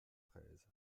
treize